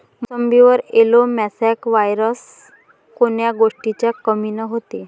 मोसंबीवर yellow mosaic virus कोन्या गोष्टीच्या कमीनं होते?